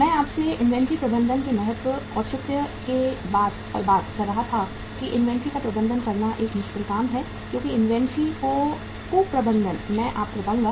मैं आपसे इन्वेंट्री प्रबंधन के महत्व औचित्य पर बात कर रहा था कि इन्वेंट्री का प्रबंधन करना एक मुश्किल काम है क्योंकि इन्वेंट्री का कुप्रबंधन मैं आपको बताऊंगा